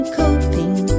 coping